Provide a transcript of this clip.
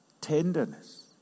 tenderness